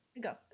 go